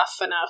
enough